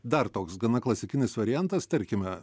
dar toks gana klasikinis variantas tarkime